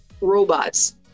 Robots